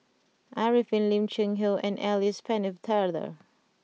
Arifin Lim Cheng Hoe and Alice Pennefather